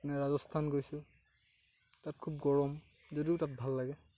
ৰাজস্থান গৈছোঁ তাত খুউব গৰম যদিও তাত ভাল লাগে